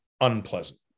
unpleasant